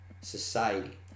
society